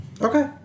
Okay